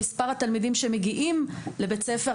במספר התלמידים שמגיעים לבית הספר,